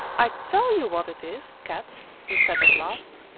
i tell you what it is, kat, he said at last.